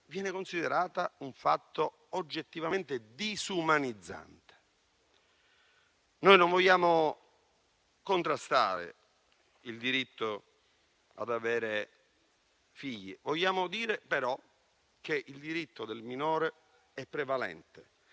viene considerata oggettivamente disumanizzante. Noi non vogliamo contrastare il diritto ad avere figli, ma vogliamo dire che il diritto del minore è prevalente,